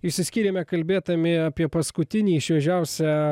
išsiskyrėme kalbėdami apie paskutinį šviežiausią